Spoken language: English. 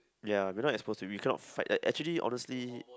ya we not exposed to we cannot fight like actually honestly